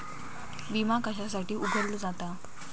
विमा कशासाठी उघडलो जाता?